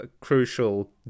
crucial